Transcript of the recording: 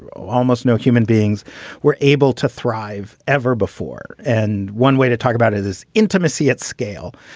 almost no human beings were able to thrive ever before. and one way to talk about it is intimacy at scale,